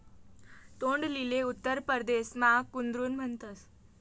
तोंडलीले उत्तर परदेसमा कुद्रुन म्हणतस